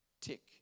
tick